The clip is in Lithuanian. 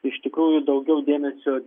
iš tikrųjų daugiau dėmesio